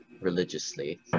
religiously